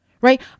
right